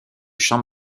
champ